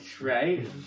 Right